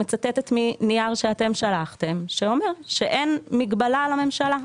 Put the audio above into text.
מצטטת מנייר שאתם שלחתם שאומר שאין מגבלה על הממשלה.